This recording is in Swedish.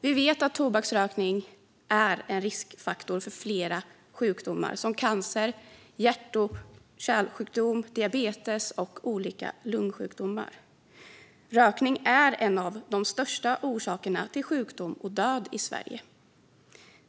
Vi vet att tobaksrökning är en riskfaktor för flera sjukdomar, som cancer, hjärt och kärlsjukdom, diabetes och olika lungsjukdomar. Rökning är en av de största orsakerna till sjukdom och död i Sverige.